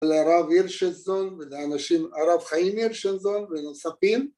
לרב הירשנזון ולאנשים, הרב חיים הירשנזון, ונוספים